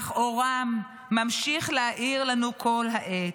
אך אורם ממשיך להאיר לנו כל העת.